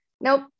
Nope